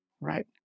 Right